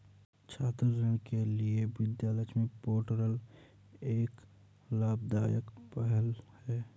छात्र ऋण के लिए विद्या लक्ष्मी पोर्टल एक लाभदायक पहल है